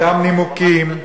אותם נימוקים,